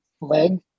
leg